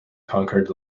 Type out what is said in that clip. conquered